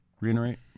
reiterate